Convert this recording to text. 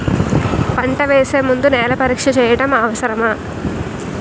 పంట వేసే ముందు నేల పరీక్ష చేయటం అవసరమా?